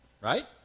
Right